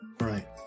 Right